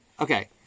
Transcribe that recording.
Okay